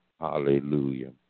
Hallelujah